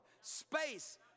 space